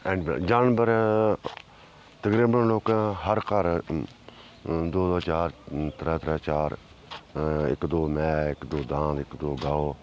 जानवर तकरीबन लोकें दे हर घर हैन दो दो चार त्रै त्रै चार इक दो मैंह् इक दो दांद इक दो गौ